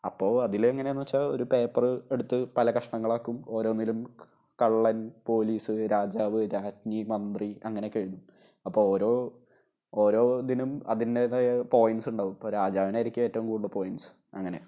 അപ്പോള് അതിലെങ്ങനെയെന്ന് വച്ചാല് ഒരു പേപ്പർ എടുത്ത് പല കഷണങ്ങളാക്കും ഓരോന്നിലും കള്ളൻ പോലീസ് രാജാവ് രാജ്ഞി മന്ത്രി അങ്ങനെയൊക്കെ എഴുതും അപ്പോള് ഓരോ ഇതിനും അതിൻറ്റേതായ പോയന്റ്സ് ഉണ്ടാവും ഇപ്പോള് രാജാവിനായിരിക്കും ഏറ്റവും കൂടുതൽ പോയിൻറ്റ്സ് അങ്ങനെ